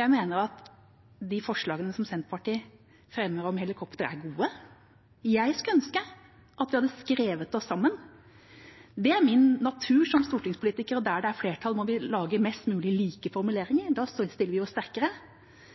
jeg mener de forslagene som Senterpartiet fremmer om helikopter, er gode. Jeg skulle ønske at vi hadde skrevet oss sammen. Det er min natur som stortingspolitiker at der det er flertall, må vi lage mest mulig like formuleringer, for da stiller vi sterkere.